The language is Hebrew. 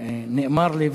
נאמר לי,